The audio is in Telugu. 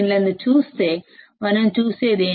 ను చూస్తే మనం చూసేది ఏమిటి